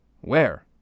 Where